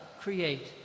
create